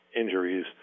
injuries